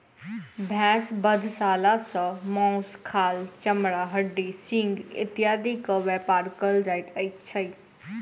भेंड़ बधशाला सॅ मौस, खाल, चमड़ा, हड्डी, सिंग इत्यादिक व्यापार कयल जाइत छै